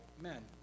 men